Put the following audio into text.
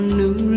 new